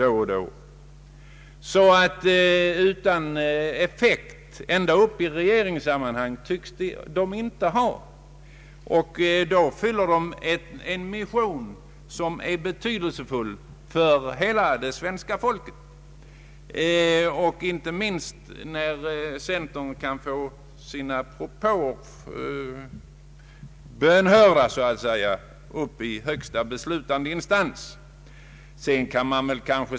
Så de tycks inte vara utan effekt, t.o.m. ända upp i regeringssammanhang, och då fyller de en funktion. Det är betydelsefullt för hela det svenska folket när centerns propåer blir bönhörda i högsta beslutande instans.